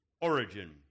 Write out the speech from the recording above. origin